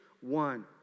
one